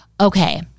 okay